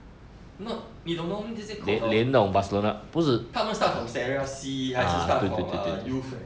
not 你懂 normally 这些 coach hor 他们 start sierra C 还是 start from uh youth